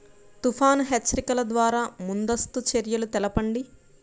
తుఫాను హెచ్చరికల ద్వార ముందస్తు చర్యలు తెలపండి?